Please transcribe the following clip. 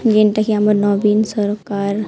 ଯେନ୍ଟାକି ଆମର ନବୀନ ସରକାର